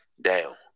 Down